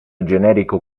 generico